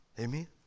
Amen